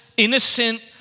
innocent